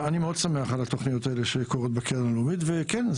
אני מאוד שמח על התוכניות האלה שקורות בקרן הלאומית וכן,